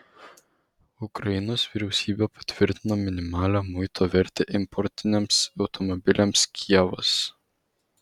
ukrainos vyriausybė patvirtino minimalią muito vertę importiniams automobiliams kijevas